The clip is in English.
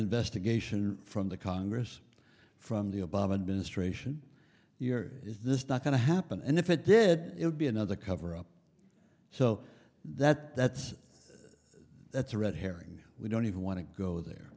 investigation from the congress from the obama administration you're is this not going to happen and if it did it would be another cover up so that that's that's a red herring we don't even want to go there